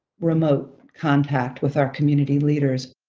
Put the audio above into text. remote contact with our community leaders,